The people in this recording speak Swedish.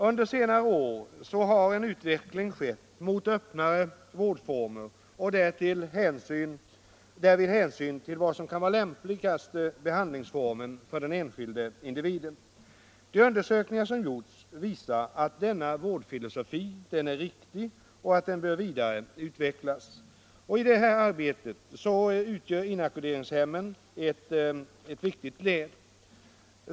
Under senare år har en utveckling skett mot öppnare vårdformer och hänsyn till vad som kan vara den lämpligaste behandlingsformen för den enskilde individen. De undersökningar som har gjorts visar att denna vårdfilosofi är riktig och att den bör vidareutvecklas. I detta arbete utgör inackorderingshemmen ett viktigt led.